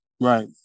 right